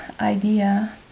idea